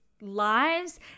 lives